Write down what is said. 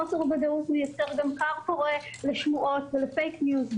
חוסר וודאות הוא גם כר פורה לשמועות ולפייק ניוז.